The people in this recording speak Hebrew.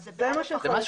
אבל זה משהו אחר.